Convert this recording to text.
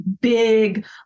big